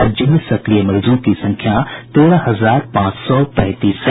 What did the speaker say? राज्य में सक्रिय मरीजों की संख्या तेरह हजार पांच सौ पैंतीस है